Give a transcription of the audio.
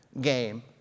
game